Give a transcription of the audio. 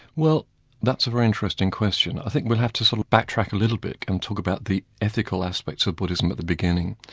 well that's a very interesting question. i think we'll have to sort of backtrack a little bit and talk about the ethical aspects of buddhism at the beginning,